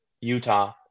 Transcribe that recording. Utah